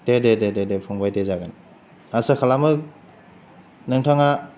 दे दे दे दे फंबाय दे जागोन आसा खालामो नोंथाङा